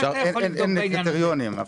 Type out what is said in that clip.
אין קריטריונים.